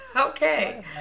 Okay